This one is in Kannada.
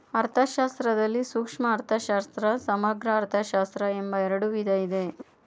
ಅರ್ಥಶಾಸ್ತ್ರದಲ್ಲಿ ಸೂಕ್ಷ್ಮ ಅರ್ಥಶಾಸ್ತ್ರ, ಸಮಗ್ರ ಅರ್ಥಶಾಸ್ತ್ರ ಎಂಬ ಎರಡು ವಿಧ ಇದೆ